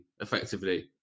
effectively